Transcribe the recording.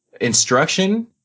instruction